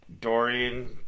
Dorian